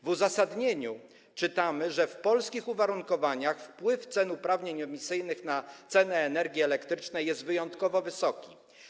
W uzasadnieniu napisano, że w polskich uwarunkowaniach wpływ cen uprawnień emisyjnych na cenę energii elektrycznej jest wyjątkowo wysoki.